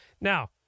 Now